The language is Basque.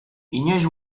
inoiz